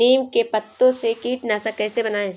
नीम के पत्तों से कीटनाशक कैसे बनाएँ?